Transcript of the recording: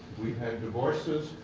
we've had divorces.